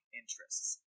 interests